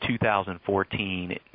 2014